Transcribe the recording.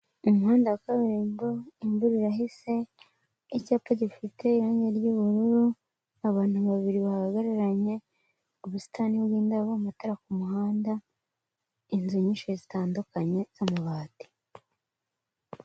Umuhanda wa kaburimbo, imvura irahise icyapa gifite irangi ry'ubururu, abantu babiri bahagararanye, ubusitani bw'indabo, amatara ku muhanda, inzu nyinshi zitandukanye z'amabati.